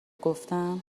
گفتم